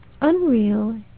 unreal